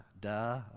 duh